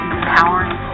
Empowering